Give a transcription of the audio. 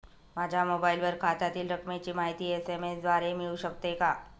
माझ्या मोबाईलवर खात्यातील रकमेची माहिती एस.एम.एस द्वारे मिळू शकते का?